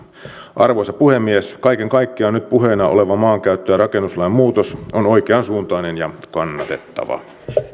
arvoisa puhemies kaiken kaikkiaan nyt puheena oleva maankäyttö ja rakennuslain muutos on oikeansuuntainen ja kannatettava